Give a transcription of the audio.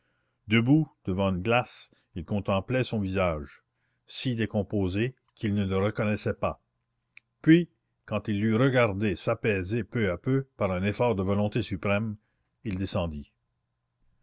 debout devant une glace il contemplait son visage si décomposé qu'il ne le reconnaissait pas puis quand il l'eut regardé s'apaiser peu à peu par un effort de volonté suprême il descendit